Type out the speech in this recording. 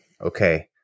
Okay